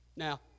Now